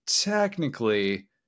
technically